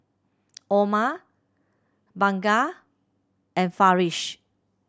Omar Bunga and Farish